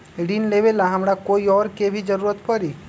ऋन लेबेला हमरा कोई और के भी जरूरत परी?